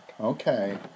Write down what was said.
Okay